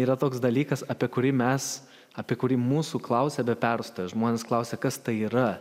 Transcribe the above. yra toks dalykas apie kurį mes apie kurį mūsų klausia be perstojo žmonės klausia kas tai yra